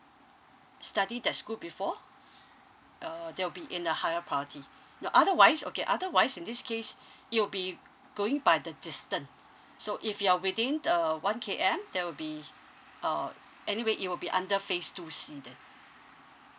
study that school before uh they'll be in a higher priority no otherwise okay otherwise in this case it'll be going by the distance so if you're within uh one K_M there will be uh anyway it will be under phase two C then